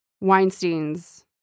Weinstein's